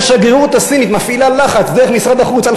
והשגרירות הסינית מפעילה לחץ דרך משרד החוץ על